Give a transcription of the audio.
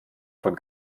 von